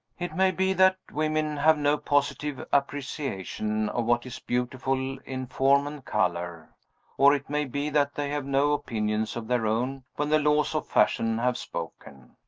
it may be that women have no positive appreciation of what is beautiful in form and color or it may be that they have no opinions of their own when the laws of fashion have spoken.